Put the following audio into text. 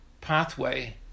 pathway